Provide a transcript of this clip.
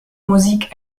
musik